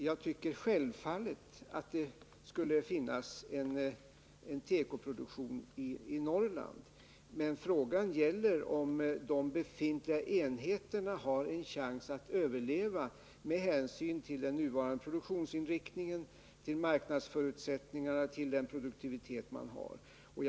Jag tycker självfallet att det skulle finnas tekoproduktion i Norrland, men frågan gäller om de befintliga enheterna har en chans att överleva med hänsyn till den nuvarande produktionsinriktningen, till marknadsförutsättningarna och till den produktivitet som dessa enheter har.